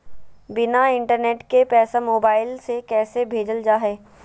बिना इंटरनेट के पैसा मोबाइल से कैसे भेजल जा है?